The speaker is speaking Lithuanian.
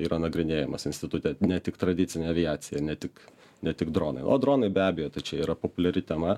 yra nagrinėjamas institute ne tik tradicinė aviacija ne tik ne tik dronai o dronai be abejo tai čia yra populiari tema